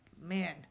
man